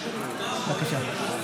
בבקשה.